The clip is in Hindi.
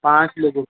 पाँच लोगों